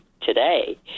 today